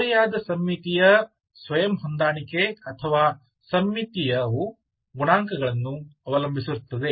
ಓರೆಯಾದ ಸಮ್ಮಿತೀಯ ಸ್ವಯಂ ಹೊಂದಾಣಿಕೆ ಅಥವಾ ಸಮ್ಮಿತೀಯವು ಗುಣಾಂಕಗಳನ್ನು ಅವಲಂಬಿಸಿರುತ್ತದೆ